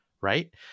right